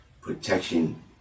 protection